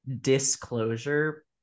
disclosure